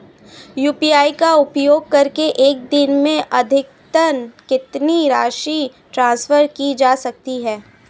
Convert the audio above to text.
UPI का उपयोग करके एक दिन में अधिकतम कितनी राशि ट्रांसफर की जा सकती है?